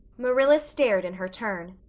marilla stared in her turn.